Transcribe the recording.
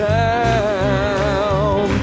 down